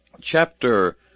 chapter